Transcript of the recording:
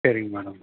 சரிங்க மேடம்